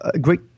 great